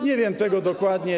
Nie wiem tego dokładnie.